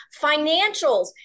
Financials